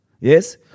Yes